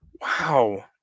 Wow